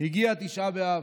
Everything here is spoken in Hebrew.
הגיע תשעה באב.